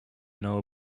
know